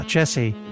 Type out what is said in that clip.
Jesse